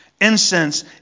Incense